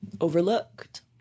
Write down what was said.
Overlooked